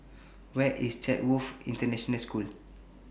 Where IS Chatsworth International School